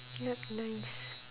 ya nice